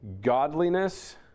Godliness